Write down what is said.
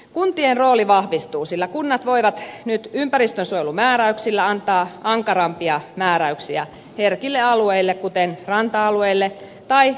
kuntien rooli vahvistuu sillä kunnat voivat nyt ympäristönsuojelumääräyksillä antaa ankarampia määräyksiä herkille alueille kuten ranta alueille tai tärkeille pohjavesialueille